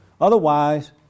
Otherwise